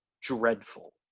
dreadful